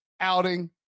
outing